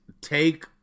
take